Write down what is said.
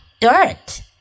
dirt